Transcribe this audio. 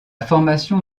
formation